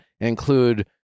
include